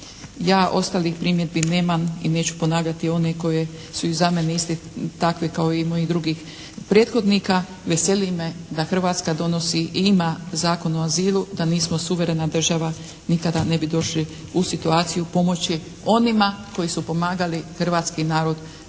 ja ostalih primjedbi nemam i neću ponavljati one koje su i za mene isti takve kao i mojih drugih prethodnika. Veseli me da Hrvatska donosi i ima Zakon o azilu. Da nismo suverena država nikada ne bi došli u situaciju pomoći onima koji su pomagali hrvatski narod